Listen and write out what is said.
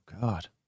God